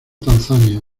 tanzania